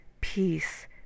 peace